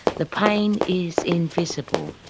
the pain is invisible.